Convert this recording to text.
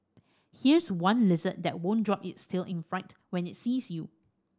here's one lizard that won't drop its tail in fright when it sees you